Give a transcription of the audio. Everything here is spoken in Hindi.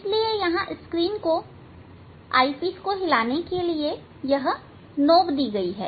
इसलिए यहां स्क्रीन को आईपीस को हिलाने के लिए यह नॉब दी गई है